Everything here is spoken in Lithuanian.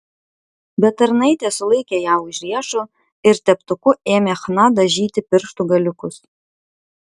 bet tarnaitė sulaikė ją už riešo ir teptuku ėmė chna dažyti pirštų galiukus